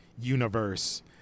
universe